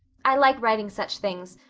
i like writing such things,